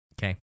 Okay